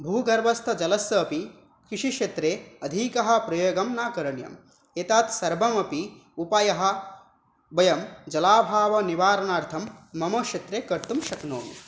भूगर्भस्थजलस्य अपि कृषिक्षेत्रे अधिकः प्रयोग न करणीयः एतत् सर्वमपि उपायः वयं जलाभावनिवारणार्थं मम क्षेत्रे कर्तुं शक्नोमि